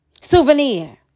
Souvenir